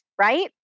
right